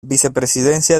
vicepresidencia